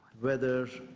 whether